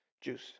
juice